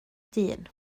dyn